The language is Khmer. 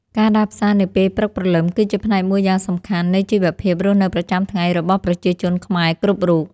ការដើរផ្សារនាពេលព្រឹកព្រលឹម គឺជាផ្នែកមួយយ៉ាងសំខាន់នៃជីវភាពរស់នៅប្រចាំថ្ងៃរបស់ប្រជាជនខ្មែរគ្រប់រូប។